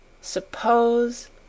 Suppose